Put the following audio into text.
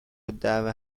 الدعوه